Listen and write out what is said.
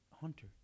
Hunter